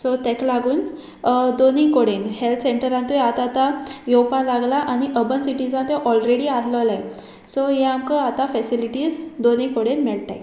so ताका लागून दोनी कोडेन हेल्थ सेंटरांतूय आतां आतां येवपाक लागला आनी अर्बन सिटिजां तें ऑलरेडी आसलोलें सो हें आमकां आतां फेसिलिटीज दोनी कोडेन मेळटाय